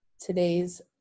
today's